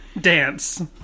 dance